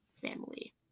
family